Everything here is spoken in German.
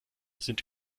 sind